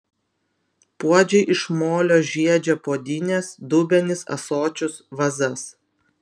puodžiai iš molio žiedžia puodynes dubenis ąsočius vazas